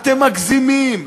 אתם מגזימים,